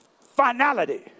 finality